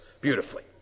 beautifully